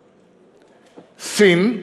סין,